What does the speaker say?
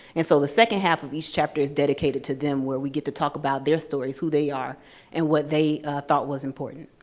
and so the second half of each chapter is dedicated to them, where we get to talk about their stories, who they are and what they thought was important.